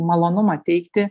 malonumą teikti